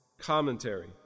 Commentary